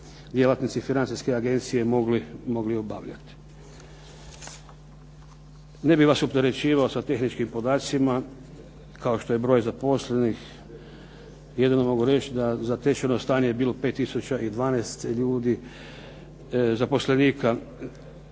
djelatnici Financijske agencije mogli obavljati. Ne bih vas opterećivao sa tehničkim podacima kao što je broj zaposlenih, jedino mogu reći da zatečeno stanje je bilo 5 tisuća i 12 ljudi, zaposlenika